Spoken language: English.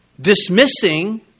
dismissing